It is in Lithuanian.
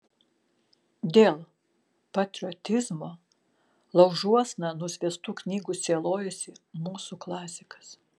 dėl patriotizmo laužuosna nusviestų knygų sielojosi mūsų klasikas